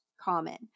common